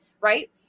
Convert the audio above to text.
right